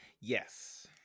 Yes